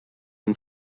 and